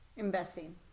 Investing